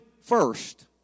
first